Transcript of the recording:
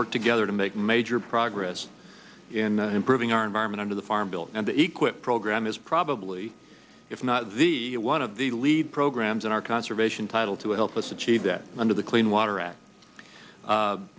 work together to make major progress in improving our environment under the farm bill and the equip program is probably if not one of the lead programs in our conservation title to help us achieve that under the clean water act